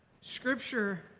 Scripture